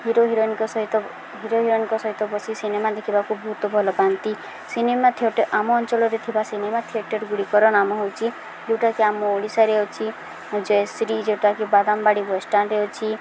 hero ହିରୋଇନ୍ଙ୍କ ସହିତ hero ହିରୋଇନଙ୍କ ସହିତ ବସି ସିନେମା ଦେଖିବାକୁ ବହୁତ ଭଲ ପାଆନ୍ତି ସିନେମା ଥିଏଟର୍ ଆମ ଅଞ୍ଚଳରେ ଥିବା ସିନେମା ଥିଏଟର୍ଗୁଡ଼ିକର ନାମ ହେଉଛି ଯୋଉଟାକି ଆମ ଓଡ଼ିଶାରେ ଅଛି ଜୟଶ୍ରୀ ଯୋଉଟାକି ବାଦାମବାଡ଼ି ବସଷ୍ଟାଣ୍ଡରେ ଅଛି